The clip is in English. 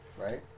right